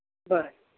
बरं